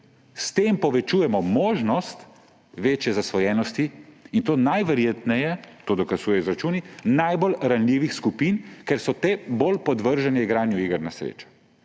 s tem povečujmo možnost večje zasvojenosti; in to najverjetneje, to dokazujejo izračuni, najbolj ranljivih skupin, ker so te bolj podvržene igranju iger na srečo.